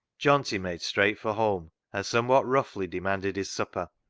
johnty made straight for home, and some what roughly demanded his supper.